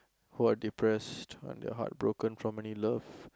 who are depressed and they heartbroken from any love